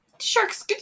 Sharks